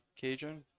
cajun